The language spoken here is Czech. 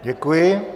Děkuji.